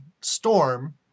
storm